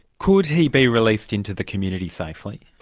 could he be released into the community safely?